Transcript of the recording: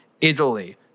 Italy